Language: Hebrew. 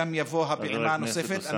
תבוא גם הפעימה הנוספת.